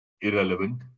irrelevant